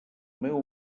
meu